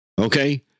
Okay